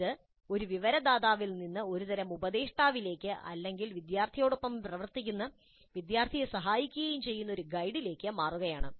ഇത് ഒരു വിവരദാതാവിൽ നിന്ന് ഒരുതരം ഉപദേഷ്ടാവിലേക്ക് അല്ലെങ്കിൽ വിദ്യാർത്ഥിയോടൊപ്പം പ്രവർത്തിക്കുകയും വിദ്യാർത്ഥിയെ സഹായിക്കുകയും ചെയ്യുന്ന ഒരു ഗൈഡിലേക്ക് മാറുകയാണ്